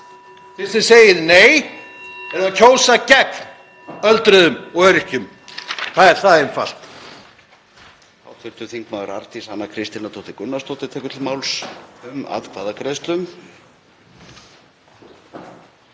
þið segið nei eruð þið að kjósa gegn öldruðum og öryrkjum. Það er það einfalt.